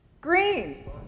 green